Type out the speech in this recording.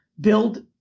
build